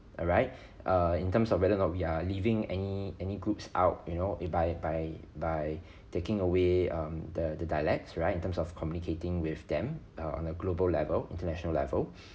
alright err in terms of whether or not we are leaving any any groups out you know a by by by taking away um the the dialects right in terms of communicating with them uh on a global level international level